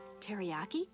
teriyaki